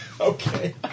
Okay